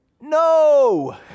no